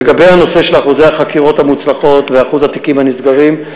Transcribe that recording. לגבי הנושא של אחוזי החקירות המוצלחות ואחוזי התיקים הנסגרים,